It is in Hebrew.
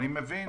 אני מבין